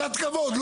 קצת כבוד.